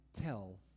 tell